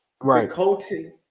Right